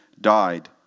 died